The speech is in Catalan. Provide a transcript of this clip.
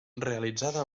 realitzada